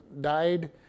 died